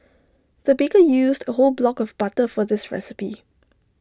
the baker used A whole block of butter for this recipe